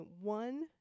one